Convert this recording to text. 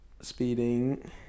speeding